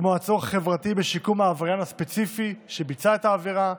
כמו הצורך החברתי בשיקום העבריין הספציפי שביצע את העבירה,